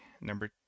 number